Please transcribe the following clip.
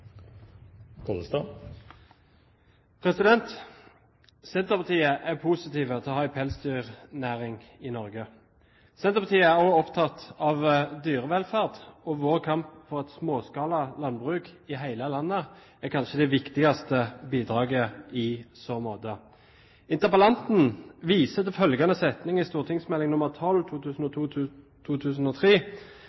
til å ha en pelsdyrnæring i Norge. Senterpartiet er også opptatt av dyrevelferd, og vår kamp for et småskala landbruk i hele landet er kanskje det viktigste bidraget i så måte. Interpellanten viser til følgende setning i